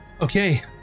Okay